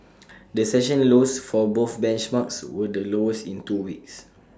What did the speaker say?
the session lows for both benchmarks were the lowest in two weeks